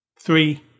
Three